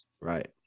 Right